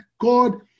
God